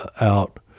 out